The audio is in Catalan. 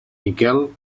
miquel